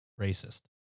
racist